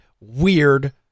weird